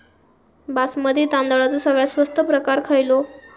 बासमती तांदळाचो सगळ्यात स्वस्त प्रकार खयलो?